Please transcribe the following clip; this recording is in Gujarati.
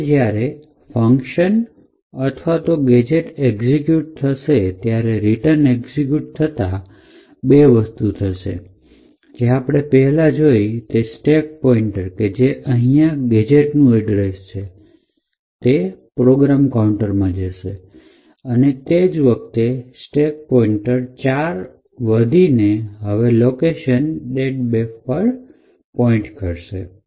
અને હવે જ્યારે ફંકશન અથવા તો ગેજેટ એક્ઝિક્યુટ થશે ત્યારે રીટન એક્ઝિક્યુટ થતા બે વસ્તુ થશે જે આપણે પહેલા જોઈ તે સ્ટેક પોઇન્ટ કે જે અહીંયા ગેજેટ નું એડ્રેસ છે તે પ્રોગ્રામ કાઉન્ટરમાં જશે અને એ જ વખતે સ્ટેક પોઇન્ટર ૪ થી વધશે કે જે હવે લોકેશન deadbeef પર પોઇન્ટ કરશે